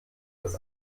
des